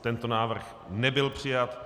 Tento návrh nebyl přijat.